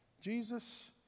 Jesus